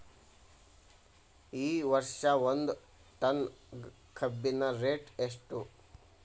ಈ ವರ್ಷ ಒಂದ್ ಟನ್ ಕಬ್ಬಿನ ರೇಟ್ ಎಷ್ಟು?